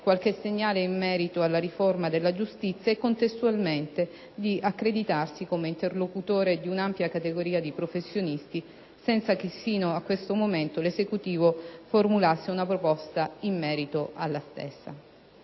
qualche segnale in merito alla riforma della giustizia e, contestualmente, di accreditarsi come interlocutore di un'ampia categoria di professionisti senza che fino a questo momento l'Esecutivo formulasse una proposta in merito alla stessa.